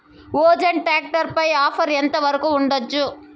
Bajaj tractor పై offer ఎంత వరకు ఉండచ్చు?